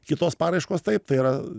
kitos paraiškos taip tai yra